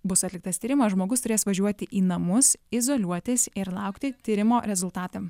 bus atliktas tyrimas žmogus turės važiuoti į namus izoliuotis ir laukti tyrimo rezultatam